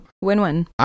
Win-win